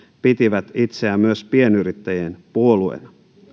pitivät itseään myös pienyrittäjien puolueena